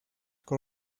con